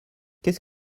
qu’est